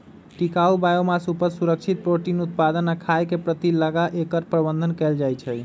टिकाऊ बायोमास उपज, सुरक्षित प्रोटीन उत्पादक आ खाय के पूर्ति लागी एकर प्रबन्धन कएल जाइछइ